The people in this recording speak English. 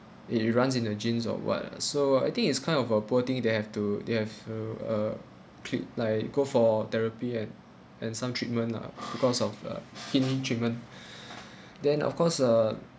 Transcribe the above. it it runs in the genes or what ah so I think it's kind of a poor thing they have to they have uh ah keep like go for therapy and and some treatment lah because of uh kidney treatment then of course uh